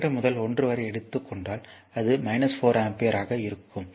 2 முதல் 1 வரை எடுத்துக் கொண்டால் அது 4 ஆம்பியர் ஆக இருக்கும்